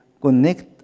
connect